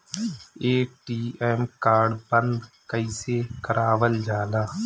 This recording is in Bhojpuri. ए.टी.एम कार्ड बन्द कईसे करावल जाला?